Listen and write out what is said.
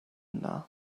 yna